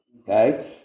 Okay